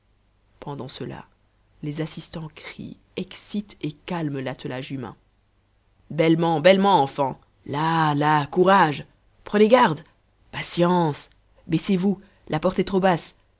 pendant cela les assistants crient excitent et calment l'attelage humain bellement bellement enfant là là courage prenez garde patience baissez vous la porte est trop basse